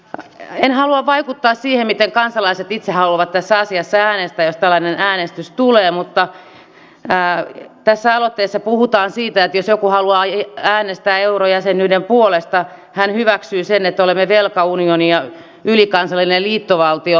en halua vaikuttaa siihen miten kansalaiset itse haluavat tässä asiassa äänestää jos tällainen äänestys tulee mutta tässä aloitteessa puhutaan siitä että jos joku haluaa äänestää eurojäsenyyden puolesta hän hyväksyy sen että olemme velkaunioni ja ylikansallinen liittovaltio